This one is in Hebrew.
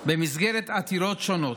במסגרת עתירות שונות.